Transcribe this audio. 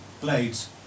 blades